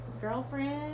girlfriend